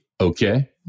Okay